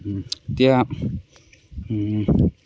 এতিয়া